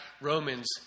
Romans